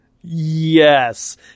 Yes